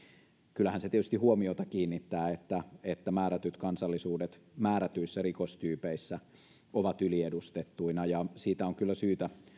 kyllähän se tietysti huomiota kiinnittää että että määrätyt kansallisuudet määrätyissä rikostyypeissä ovat yliedustettuina siitä on kyllä syytä